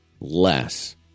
less